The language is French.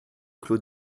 clos